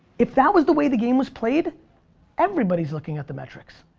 if that was the way the game was played everybody's looking at the metrics.